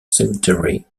cemetery